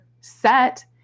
set